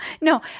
No